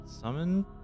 summon